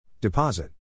Deposit